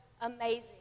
amazing